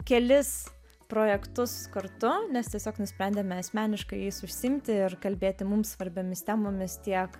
kelis projektus kartu nes tiesiog nusprendėme asmeniškai jais užsiimti ir kalbėti mums svarbiomis temomis tiek